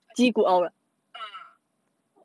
I think ah